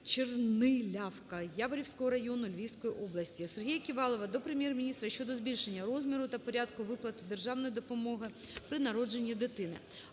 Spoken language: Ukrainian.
Чернилява Яворівського району Львівської області. Сергія Ківалова до Прем'єр-міністра щодо збільшення розміру та порядку виплати державної допомоги при народженні дитини.